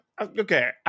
okay